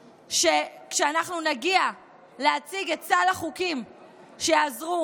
שכשאנחנו נגיע להציג את סל החוקים שיעזרו